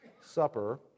Supper